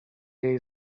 jej